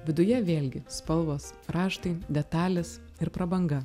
viduje vėlgi spalvos raštai detalės ir prabanga